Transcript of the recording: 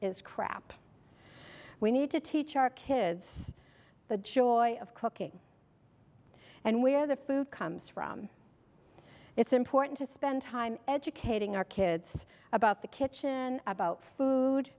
is crap we need to teach our kids the joy of cooking and where the food comes from it's important to spend time educating our kids about the kitchen about food